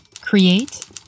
create